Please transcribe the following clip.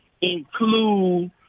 include